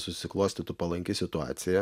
susiklostytų palanki situacija